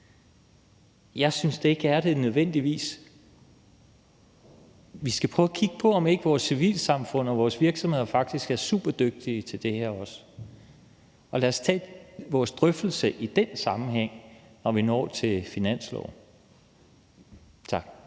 Jeg synes ikke, at det nødvendigvis er det. Vi skal prøve at kigge på, om ikke vores civilsamfund og vores virksomheder faktisk også er superdygtige til det her. Lad os tage vores drøftelse i den sammenhæng, når vi når til finansloven. Tak.